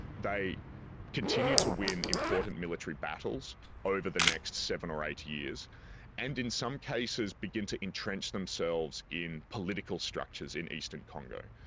they continue to win important military battles over the next seven or eight years and in some cases begin to entrench themselves in political structures in eastern congo.